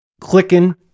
clicking